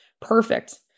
Perfect